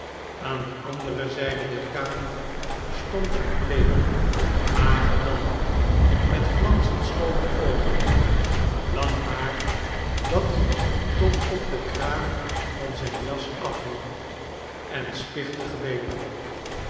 aan de andere zijde der kamer stond een bleek mager man met glanzend schoone oogen lang haar dat tot op den kraag van zijn jas afhing en spichtige beenen